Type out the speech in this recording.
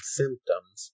symptoms